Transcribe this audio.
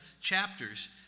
chapters